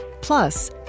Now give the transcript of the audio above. Plus